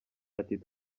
ati